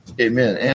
Amen